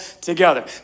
together